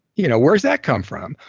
you know where does that come from?